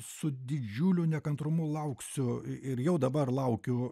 su didžiuliu nekantrumu lauksiu ir jau dabar laukiu